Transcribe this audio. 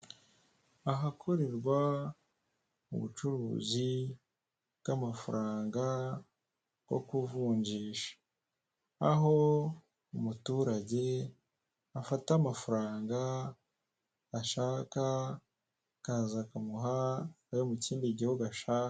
Ahakorerwa ubucuruzi bw'amafaranga bwo kuvunjisha, aho umuturage afata amafaranga ashaka akaza bakamuha ayo mu kindi gihugu ashaka.